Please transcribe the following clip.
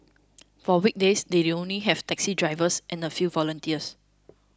for weekdays they only have taxi drivers and a few volunteers